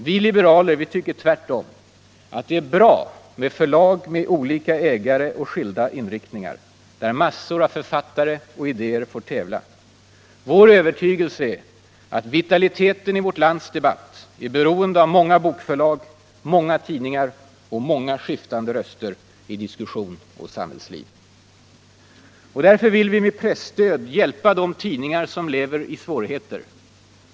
Vi liberaler tycker tvärtom att det är bra med förlag med olika ägare och skilda inriktningar, där massor av författare och idéer får tävla. Vår övertygelse är att vitaliteten i vårt lands debatt är beroende av många bokförlag, många tidningar och många skiftande röster i diskussion och samhällsliv. Därför vill vi med presstöd hjälpa de tidningar som lever i svårigheter.